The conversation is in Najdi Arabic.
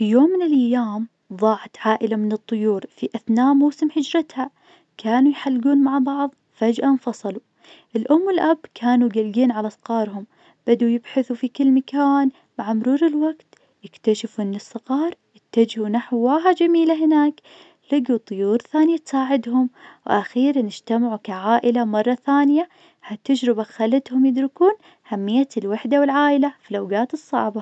في يوم من الأيام ظاعت عائلة من الطيور في أثناء موسم هجرتها. كانوا يحلقون مع بعض فجأة انفصلوا. الأم والأب كانوا قلقين على صغارهم بدأوا يبحثوا في كل مكان، مع مرور الوقت اكتشفوا إن الصغار اتجهوا نحو جميلة هناك. لقيوا طيور ثانية تساعدهم، وأخيرا اجتمعوا كعائلة مرة ثانية، ها التجربة خلتهم يدركون أهمية الوحدة والعائلة في الأوقات الصعبة.